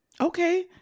Okay